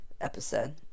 episode